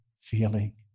feeling